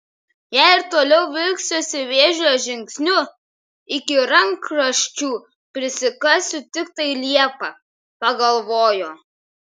jei ir toliau vilksiuosi vėžlio žingsniu iki rankraščių prisikasiu tiktai liepą pagalvojo